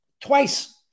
twice